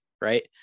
right